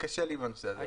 קשה לי עם הנושא הזה.